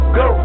go